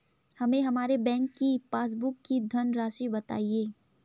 हमें हमारे बैंक की पासबुक की धन राशि बताइए